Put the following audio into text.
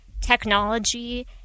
technology